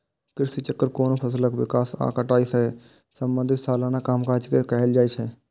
कृषि चक्र कोनो फसलक विकास आ कटाई सं संबंधित सलाना कामकाज के कहल जाइ छै